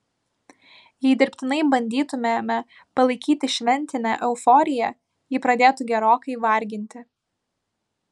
jei dirbtinai bandytumėme palaikyti šventinę euforiją ji pradėtų gerokai varginti